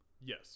Yes